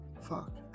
Fuck